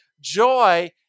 joy